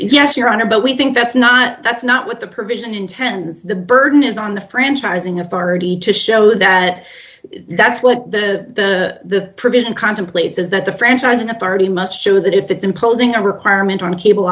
yes your honor but we think that's not that's not what the provision intends the burden is on the franchising authority to show that that's what the provision contemplates is that the franchising authority must show that if it's imposing a requirement on cable